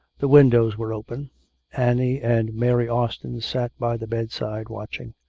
the windows were open annie and mary austin sat by the bedside watching.